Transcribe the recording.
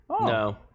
No